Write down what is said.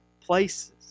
places